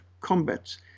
combats